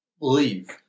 leave